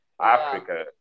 Africa